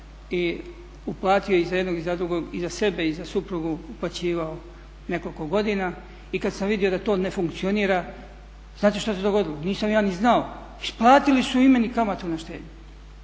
i uplatio i za jednog i za drugog i za sebe i za suprugu uplaćivao nekoliko godina. I kada sam vidio da to ne funkcionira, znate šta se dogodilo? Nisam ja ni znao, isplatili su i meni kamate na štednju.